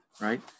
right